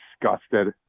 disgusted